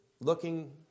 looking